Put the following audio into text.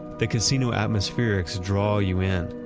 the casino atmospherics draw you in.